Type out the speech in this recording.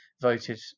voted